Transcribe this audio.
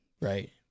right